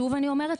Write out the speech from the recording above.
שוב אני אומרת,